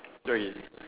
okay